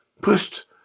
pushed